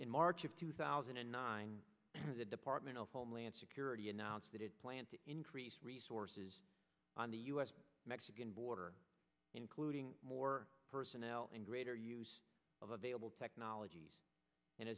in march of two thousand and nine the department of homeland security announced that it plans to increase resources on the u s mexican border including more personnel and greater use of available technologies and